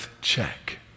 check